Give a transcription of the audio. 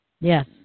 Yes